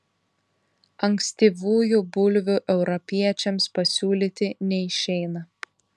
ankstyvųjų bulvių europiečiams pasiūlyti neišeina